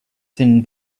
thin